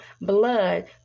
blood